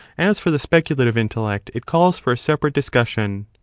as for the speculative intellect, it calls for a separate discussion.